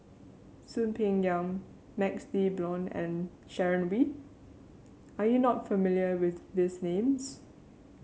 Soon Peng Yam MaxLe Blond and Sharon Wee are you not familiar with these names